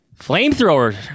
flamethrower